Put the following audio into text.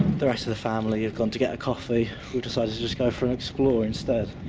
the rest of the family have gone to get a coffee. we've decided to just go for an explore instead.